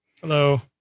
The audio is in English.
Hello